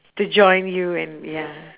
to join you and ya